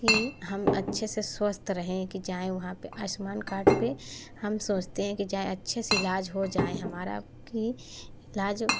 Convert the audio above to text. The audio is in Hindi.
कि हम अच्छे से स्वस्थ रहें कि जाए वहाँ पर आयुष्मान कार्ड पर हम सोचते हैं कि जाए अच्छे से इलाज हो जाए हमारा कि इलजा